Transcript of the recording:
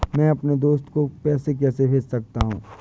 मैं अपने दोस्त को पैसे कैसे भेज सकता हूँ?